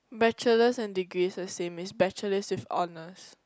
bachelors and degree is the same is bachelors with honors